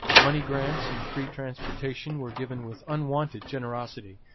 money grants and free transportation were given with unwonted generosity,